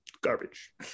garbage